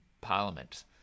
parliament